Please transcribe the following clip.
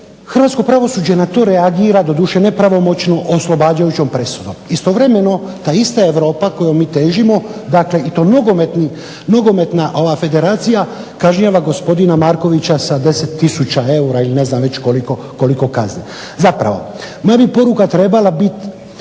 hrvatsko pravosuđe na to reagira, doduše nepravomoćno, oslobađajućom presudom. Istovremeno ta ista Europa kojoj mi težimo, dakle i to nogometna federacija kažnjava gospodina Markovića sa 10 tisuća eura ili ne znam već koliko kazne. Zapravo, po meni je poruka trebala biti